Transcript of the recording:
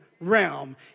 realm